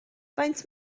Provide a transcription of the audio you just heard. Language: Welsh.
faint